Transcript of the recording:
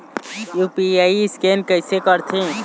UPI scan कइसे करथे?